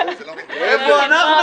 הכלים, איך אנחנו מוצאים פתרון.